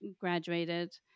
graduated